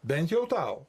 bent jau tau